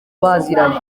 baziranye